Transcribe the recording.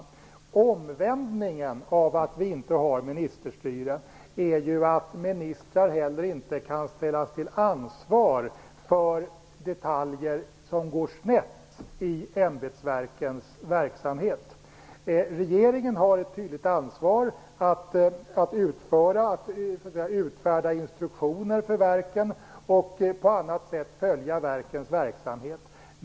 Den omvända effekten av att vi inte har ministerstyre är ju att ministrar inte heller kan ställas till ansvar för detaljer som går snett i ämbetsverkens verksamhet. Regeringen har ett tydligt ansvar att utfärda instruktioner för verken och på annat sätt följa verkens verksamhet.